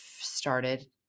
started